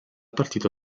partito